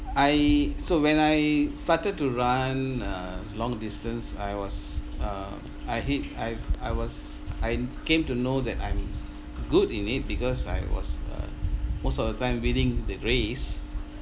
I so when I started to run uh long distance I was uh I hit I I was I came to know that I'm good in it because I was uh most of the time winning the race